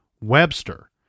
Webster